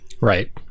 Right